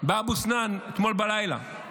באבו סנאן אתמול בלילה.